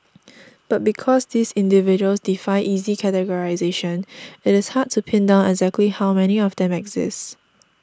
but because these individuals defy easy categorisation it is hard to pin down exactly how many of them exist